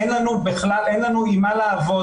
אין לנו עם מה לעבוד,